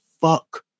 fuck